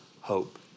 hope